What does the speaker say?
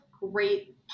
great